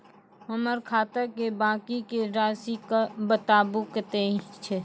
हमर खाता के बाँकी के रासि बताबो कतेय छै?